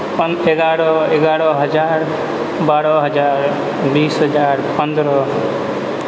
पन एगारह एगारह हजार बारह हजार बीस हजार पन्द्रह